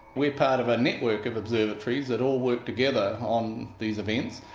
we're part of a network of observatories that all work together on these events,